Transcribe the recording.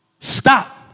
stop